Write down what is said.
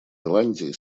ирландии